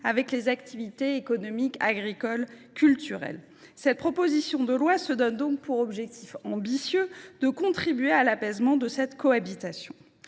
avec les activités économiques, agricoles, culturelles. Cette proposition de loi se donne donc pour objectif ambitieux de contribuer à l’apaisement de cette cohabitation.